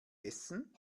essen